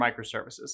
microservices